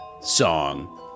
song